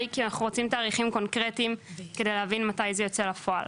אנחנו רוצים תאריכים קונקרטיים כדי להבין מתי זה יוצא לפועל.